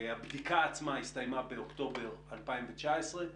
הבדיקה עצמה הסתיימה באוקטובר 2019,